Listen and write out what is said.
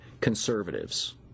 conservatives